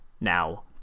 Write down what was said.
Now